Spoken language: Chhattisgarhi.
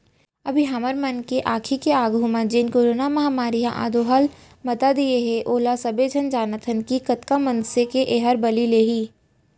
अभी हमर मन के आंखी के आघू म जेन करोना महामारी ह अंदोहल मता दिये हे ओला सबे झन जानत हन कि कतका मनसे के एहर बली लेही